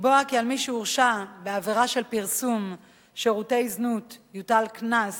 לקבוע כי על מי שהורשע בעבירה של פרסום שירותי זנות יוטל קנס